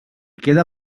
queda